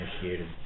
initiated